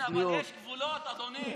כן, אבל יש גבולות, אדוני.